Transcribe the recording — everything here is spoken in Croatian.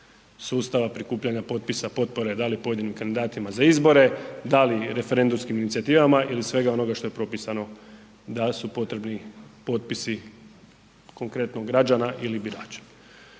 sustava prikupljanja potpisa, potpore da li pojedinim kandidatima za izbore, da li referendumskim inicijativa ili svega onoga što je propisano da su potrebni potpisi konkretno građana ili birača